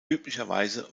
üblicherweise